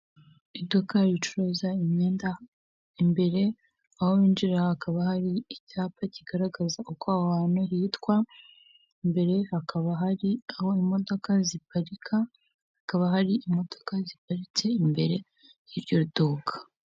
Iduka ricuruza imyenda imbere aho binjirira hakaba hari icyapa kigaragaza uko aho ahantu hitwa, imbere hakaba hari aho imodoka ziparika hakaba hari imodoka ziparitse imbere y'iryo duka.